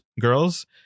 girls